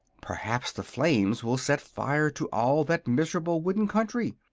perhaps the flames will set fire to all that miserable wooden country,